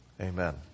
Amen